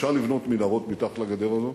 אפשר לבנות מנהרות מתחת לגדר הזו.